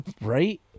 Right